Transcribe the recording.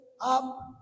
up